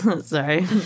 Sorry